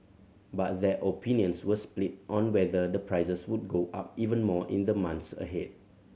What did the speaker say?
but their opinions were split on whether the prices would go up even more in the months ahead